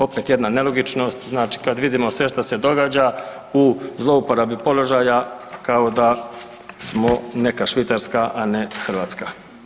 Opet jedna nelogičnost, znači kad vidimo sve šta se događa u zlouporabi položaja kao da smo neka Švicarska, a ne Hrvatska.